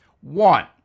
One